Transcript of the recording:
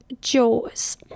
Jaws